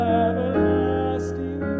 everlasting